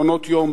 מעונות-יום,